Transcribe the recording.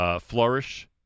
flourish